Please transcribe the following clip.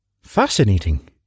fascinating